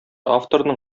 авторның